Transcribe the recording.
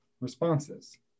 responses